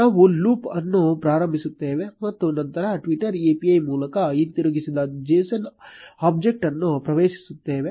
ನಾವು ಲೂಪ್ ಅನ್ನು ಪ್ರಾರಂಭಿಸುತ್ತೇವೆ ಮತ್ತು ನಂತರ twitter API ಮೂಲಕ ಹಿಂತಿರುಗಿಸಿದ json ಆಬ್ಜೆಕ್ಟ್ ಅನ್ನು ಪ್ರವೇಶಿಸುತ್ತೇವೆ